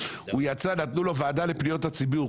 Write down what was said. הוא יצא לחניה, נתנו לו ועדה לפניות הציבור.